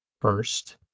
first